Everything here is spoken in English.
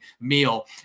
meal